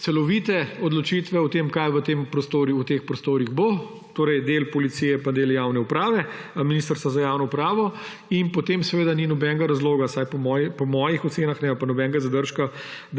celovite odločitve o tem, kaj v teh prostorih bo; torej del policije, pa del javne uprave Ministrstva za javno upravo in potem seveda ni nobenega razloga, vsaj po mojih ocenah ne, ali pa nobenega zadržka,